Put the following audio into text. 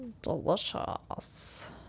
Delicious